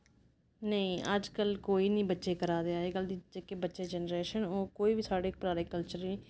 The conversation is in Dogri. नेईं अज्जकल कोई निं बच्चे करै दे अज्जकल दे जेह्के बच्चे जनरेशन ओह् कोई बी साढ़े पराने कल्चर गी